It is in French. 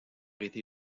été